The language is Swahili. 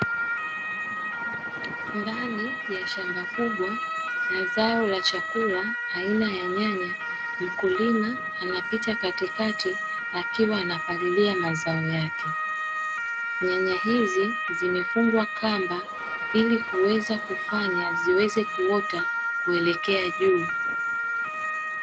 Ndani ya shamba kubwa ya zao la chakula aina ya nyanya mkulima anapita katikati akiwa ana palilia mazao yake, nyanya hizi zimefungwa kamba ili kuweza kufanya ziweze kuota kuelekea juu.